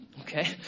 okay